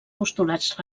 postulats